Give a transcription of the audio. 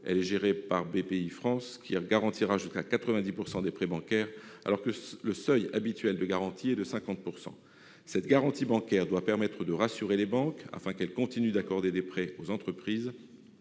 Elle est gérée par Bpifrance, qui garantira donc jusqu'à 90 % des prêts bancaires, alors que le seuil habituel de garantie est de 50 %. Ce dispositif doit permettre de rassurer les banques, afin que ces dernières continuent d'accorder des prêts aux entreprises